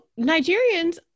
Nigerians